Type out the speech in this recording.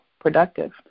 productive